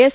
S